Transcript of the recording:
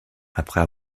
après